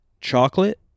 chocolate